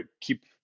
keep